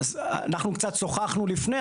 אנחנו קצת שוחחנו לפני,